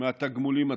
מהתגמולים עצמם.